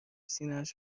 سینهاش